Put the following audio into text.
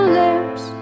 lips